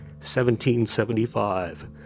1775